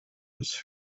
his